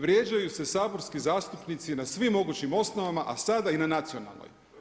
Vrijeđaju se saborski zastupnici na svim mogućim osnovama, a sada i na nacionalnoj.